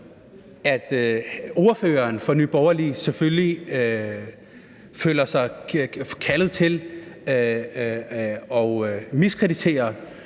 at ordføreren for Nye Borgerlige selvfølgelig føler sig kaldet til at miskreditere